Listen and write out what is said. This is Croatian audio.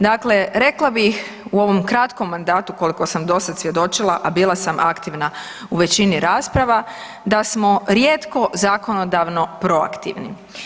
Dakle, rekla bih u ovom kratkom mandatu koliko sam do sad svjedočila, a bila sam aktivna u većini rasprava da smo rijetko zakonodavno proaktivni.